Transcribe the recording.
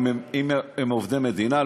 אם הם עובדי מדינה,